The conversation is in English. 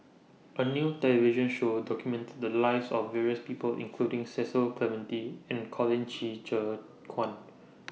A New television Show documented The Lives of various People including Cecil Clementi and Colin Qi Zhe Quan